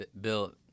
Bill